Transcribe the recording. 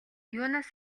юунаас